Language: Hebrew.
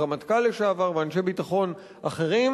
הרמטכ"ל לשעבר ואנשי ביטחון אחרים,